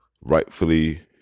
rightfully